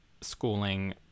schooling